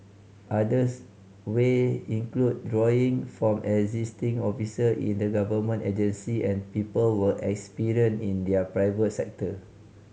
others way include drawing from existing officer in the government agency and people were experience in the private sector